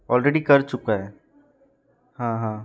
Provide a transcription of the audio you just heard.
already कर चुका है हाँ हाँ